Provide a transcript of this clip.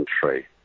country